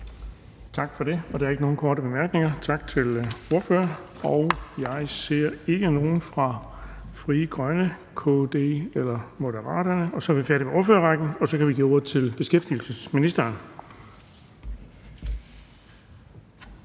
Tak for det. Der er ikke nogen korte bemærkninger. Tak til ordføreren. Jeg ser ikke nogen fra Frie Grønne, KD eller Moderaterne. Så er vi færdige med ordførerrækken og kan give ordet til beskæftigelsesministeren.